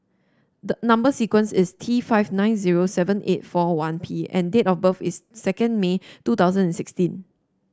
the number sequence is T five nine zero seven eight four one P and date of birth is second May two thousand and sixteen